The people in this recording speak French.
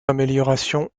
améliorations